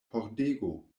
pordego